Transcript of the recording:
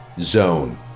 zone